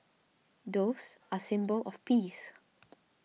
doves are symbol of peace